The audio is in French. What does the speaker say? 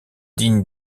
digne